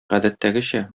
гадәттәгечә